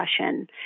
discussion